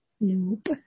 Nope